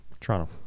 Toronto